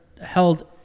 held